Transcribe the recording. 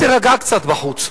תירגע קצת בחוץ.